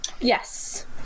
Yes